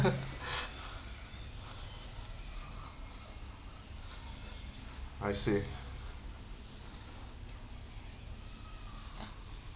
I see